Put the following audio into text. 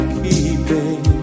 keeping